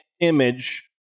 Image